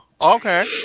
Okay